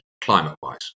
climate-wise